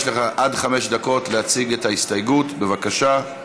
יש לך עד חמש דקות להציג את ההסתייגות, בבקשה.